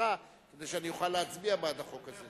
מסיעתך כדי שאני אוכל להצביע בעד החוק הזה.